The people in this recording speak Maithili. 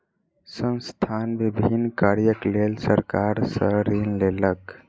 संस्थान विभिन्न कार्यक लेल सरकार सॅ ऋण लेलक